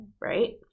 Right